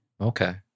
Okay